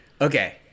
okay